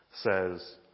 says